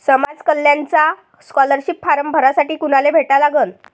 समाज कल्याणचा scholarship form भरासाठी कुनाले भेटा लागन?